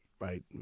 right